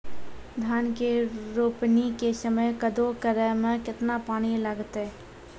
धान के रोपणी के समय कदौ करै मे केतना पानी लागतै?